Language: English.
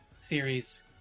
series